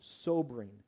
sobering